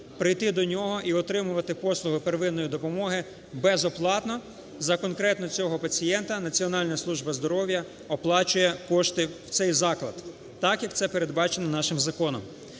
прийти до нього і отримувати послуги первинної допомоги безоплатно, за конкретно цього пацієнта Національна служба здоров'я оплачує кошти в цей заклад – так, як це передбачено нашим законом.